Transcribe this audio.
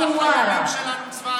באמצע הכפר הפלסטיני חווארה.